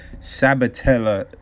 Sabatella